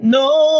no